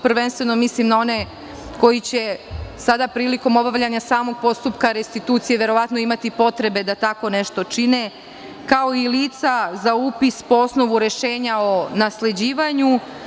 Prvenstveno tu mislim na one koji će sada prilikom obavljanja postupka restitucije, verovatno imati potrebe da tako nešto čine, kao i lica za upis po osnovu rešenja o nasleđivanju.